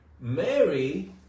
Mary